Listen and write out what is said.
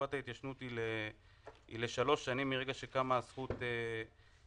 תקופת ההתיישנות היא לשלוש שנים מרגע שקמה הזכות לתבוע.